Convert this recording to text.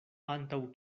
antaŭ